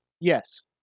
Yes